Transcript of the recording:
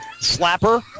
Slapper